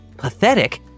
Pathetic